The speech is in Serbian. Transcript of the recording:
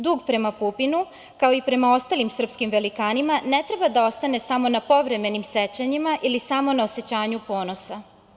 Dug prema Pupinu, kao i prema ostalim srpskim velikanima ne treba da ostane samo na povremenim sećanjima ili samo na osećanju ponosa.